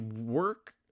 work